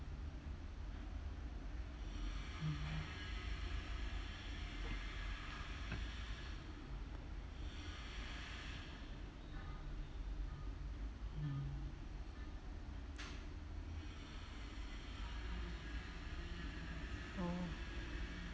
mm